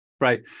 Right